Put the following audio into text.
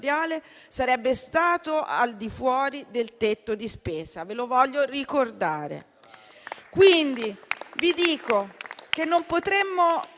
sarebbe stato al di fuori del tetto di spesa: ve lo voglio ricordare.